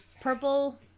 purple